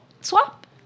Swap